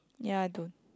ya I don't